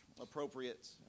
appropriate